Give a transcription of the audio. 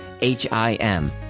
H-I-M